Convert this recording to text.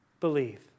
believe